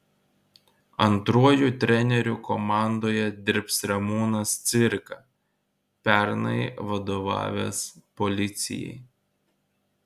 antruoju treneriu komandoje dirbs ramūnas cvirka pernai vadovavęs policijai